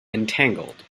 entangled